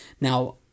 Now